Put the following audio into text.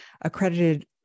accredited